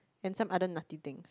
and some other nutty things